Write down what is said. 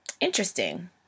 interesting